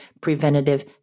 preventative